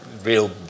real